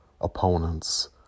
opponents